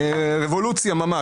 רבולוציה ממש.